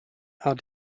are